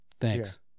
Thanks